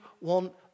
want